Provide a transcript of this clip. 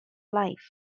life